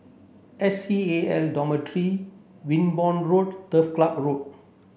S C A L Dormitory Wimborne Road Turf Club Road